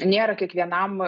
nėra kiekvienam